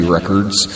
Records